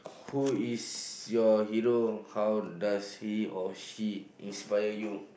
who is your hero how does he or she inspire you